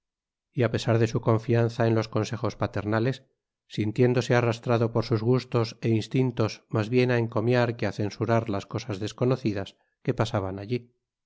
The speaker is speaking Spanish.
y apesar de su confianza en los consejos paternales sintiéndose arrastrado por sus gustos é instintos mas bien á encomiar que á censurar las cosas desconocidas que pasaban allí